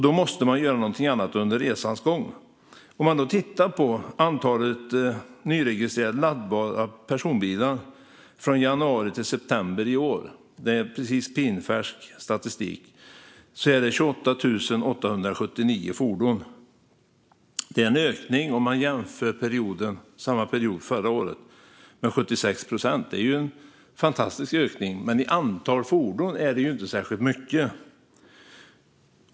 Då måste man göra någonting annat under resans gång. Antalet nyregistrerade laddbara personbilar från januari till september i år - det är pinfärsk statistik - var 28 879. Det är en ökning med 76 procent om man jämför med samma period förra året. Det är en fantastisk ökning. Men i antal fordon är det inte särskilt mycket.